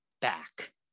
back